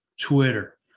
Twitter